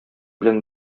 белән